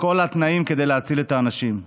וכל התנאים כדי להציל את האנשים.